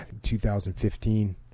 2015